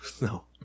No